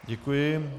Děkuji.